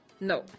No